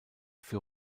für